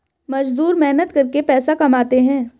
मजदूर मेहनत करके पैसा कमाते है